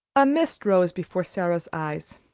a mist rose before sara's eyes.